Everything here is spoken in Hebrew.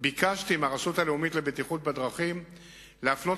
ביקשתי מהרשות הלאומית לבטיחות בדרכים להפנות